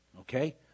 Okay